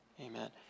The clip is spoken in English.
Amen